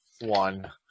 One